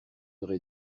heures